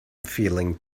feeling